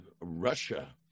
Russia